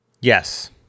Yes